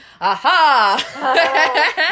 aha